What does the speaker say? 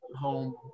home